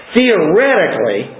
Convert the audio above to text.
Theoretically